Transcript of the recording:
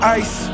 ice